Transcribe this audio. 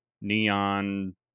neon